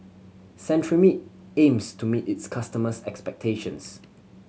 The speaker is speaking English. Cetrimide aims to meet its customers' expectations